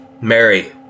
Mary